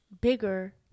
bigger